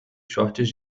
shorts